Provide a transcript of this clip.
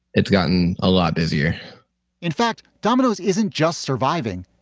it's gotten a lot busier in fact, domino's isn't just surviving.